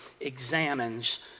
examines